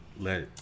Let